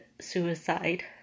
suicide